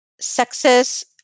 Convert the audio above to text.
Success